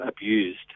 abused